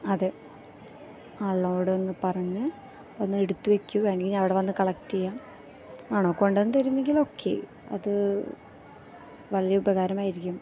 അതേ ആളിനോട് ഒന്ന് പറഞ്ഞ് ഒന്ന് എടുത്തുവെക്കുകയാണെങ്കില് അവിടെ വന്ന് കളെക്റ്റ് ചെയ്യാം ആണോ കൊണ്ടുവന്നു തരുമെങ്കില് ഓക്കെ അത് വലിയ ഉപകാരമായിരിക്കും